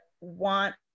want